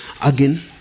Again